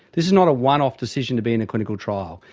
this is not a one-off decision to be in a clinical trial,